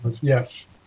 Yes